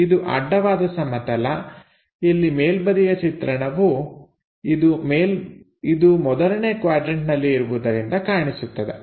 ಇದು ಅಡ್ಡವಾದ ಸಮತಲ ಇಲ್ಲಿ ಮೇಲ್ಬದಿಯ ಚಿತ್ರಣವು ಇದು ಮೊದಲನೇ ಕ್ವಾಡ್ರನ್ಟನಲ್ಲಿ ಇರುವುದರಿಂದ ಕಾಣಿಸುತ್ತದೆ